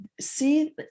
see